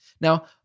Now